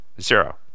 zero